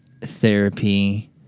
therapy